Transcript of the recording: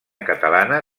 catalana